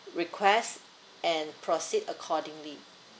request and proceed accordingly